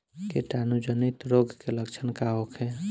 कीटाणु जनित रोग के लक्षण का होखे?